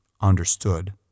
understood